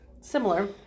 similar